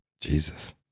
Jesus